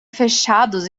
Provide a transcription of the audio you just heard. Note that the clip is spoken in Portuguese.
fechados